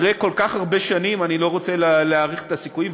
אחרי כל כך הרבה שנים אני לא רוצה להעריך את הסיכויים,